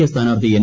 A സ്ഥാനാർത്ഥി N